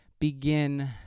begin